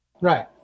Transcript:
Right